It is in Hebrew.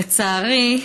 לצערי,